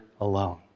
alone